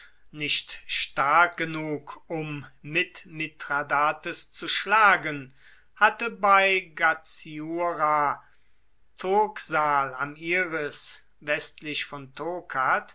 nicht stark genug um mit mithradates zu schlagen hatte bei gaziura turksal am iris westlich von